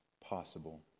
possible